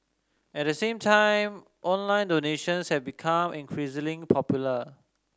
at the same time online donations have become increasingly popular